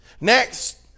Next